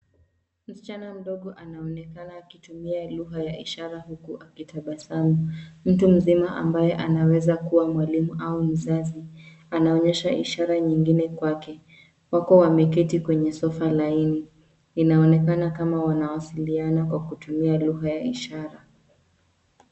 Msichana mdogo anaonekana akitumia lugha ya ishara huku akitabasamu. Mtu mzima ambaye anaweza kuwa mwalimu au mzazi anaonyesha ishara nyingine kwake. Huku wameketi kwenye sofa laini inaonekana kama wanawasiliana kwa kutumia lugha ya ishara.